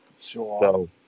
Sure